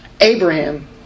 Abraham